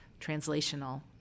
translational